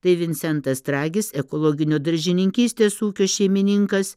tai vincentas tragis ekologinio daržininkystės ūkio šeimininkas